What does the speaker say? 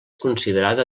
considerada